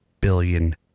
billion